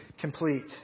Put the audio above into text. complete